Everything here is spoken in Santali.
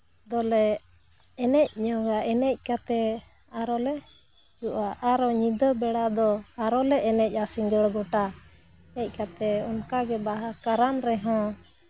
ᱫᱚᱞᱮ ᱮᱱᱮᱡ ᱧᱚᱜᱟ ᱮᱱᱮᱡ ᱠᱟᱛᱮ ᱟᱨᱚᱞᱮ ᱦᱤᱡᱩᱜᱼᱟ ᱟᱨᱚ ᱧᱤᱫᱟᱹ ᱵᱮᱲᱟ ᱫᱚ ᱟᱨᱚ ᱞᱮ ᱮᱱᱮᱡᱼᱟ ᱥᱤᱸᱜᱟᱹᱲ ᱜᱚᱴᱟ ᱮᱱᱮᱡ ᱠᱟᱛᱮ ᱚᱱᱠᱟ ᱜᱮ ᱵᱟᱦᱟ ᱠᱟᱨᱟᱢ ᱨᱮᱦᱚᱸ